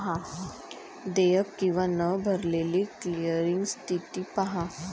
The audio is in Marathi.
देयक किंवा न भरलेली क्लिअरिंग स्थिती पहा